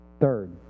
Third